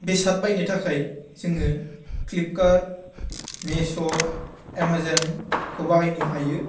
बेसाद बायनो थाखाय जोङो फ्लिपकार्ट मेश' एमाजनखौ बाहायनो हायो